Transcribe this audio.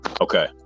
Okay